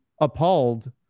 appalled